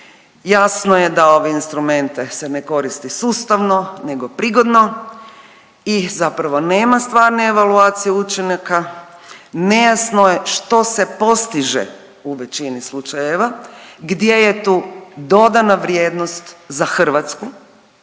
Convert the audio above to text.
Jasno je da ove instrumente se ne koristi sustavno nego prigodno i zapravo nema stvarne evaluacije učinaka, nejasno je što se postiže u većini slučajeva, gdje je tu dodana vrijednost za Hrvatska,